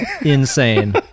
Insane